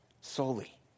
solely